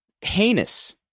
heinous